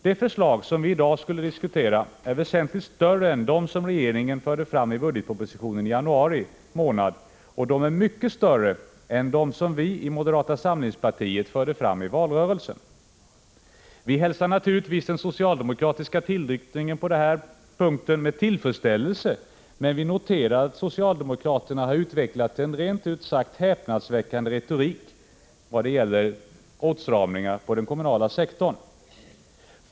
Det förslag som vi i dag skall diskutera är väsentligt större än dem som regeringen förde fram i budgetpropositionen i januari månad, och de är också mycket större än dem som vi i moderata samlingspartiet förde fram i valrörelsen. Vi hälsar naturligtvis den socialdemokratiska tillnyktringen på den här punkten med tillfredsställelse, men vi noterar att socialdemokraterna har utvecklat en rent ut sagt häpnadsväckande retorik vad gäller åtstramningar på den kommunala sektorn.